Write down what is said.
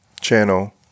channel